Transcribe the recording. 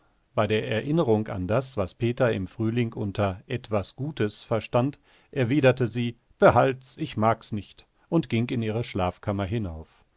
bei der erinnerung an das was peter im frühling unter etwas gutes verstand erwiderte sie behalt's ich mag's nicht und ging in ihre schlafkammer hinauf